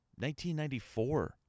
1994